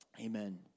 Amen